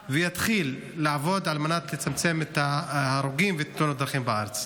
ויתחיל לעבוד על מנת לצמצם את מספר ההרוגים ואת תאונות הדרכים בארץ.